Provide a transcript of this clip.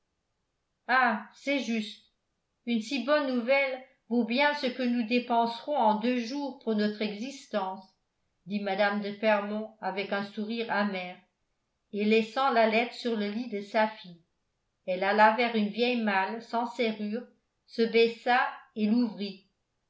ah c'est juste une si bonne nouvelle vaut bien ce que nous dépenserons en deux jours pour notre existence dit mme de fermont avec un sourire amer et laissant la lettre sur le lit de sa fille elle alla vers une vieille malle sans serrure se baissa et l'ouvrit